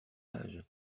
âge